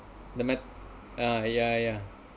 no the mat~ ya ya